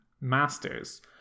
masters